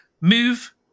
move